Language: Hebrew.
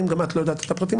גם את לא יודעת את הפרטים,